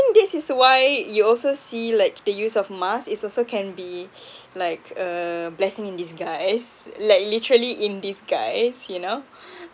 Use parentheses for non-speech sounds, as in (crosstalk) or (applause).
this is why you also see like the use of mask is also can be (breath) like a blessing in disguise like literally in disguise you know (breath)